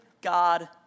God